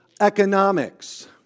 economics